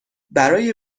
برای